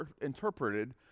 interpreted